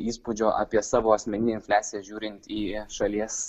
įspūdžio apie savo asmeninę infliaciją žiūrint į šalies